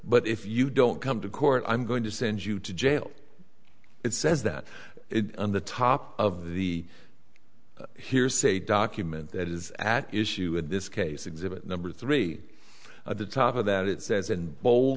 but if you don't come to court i'm going to send you to jail it says that on the top of the hearsay document that is at issue in this case exhibit number three at the top of that it says in bo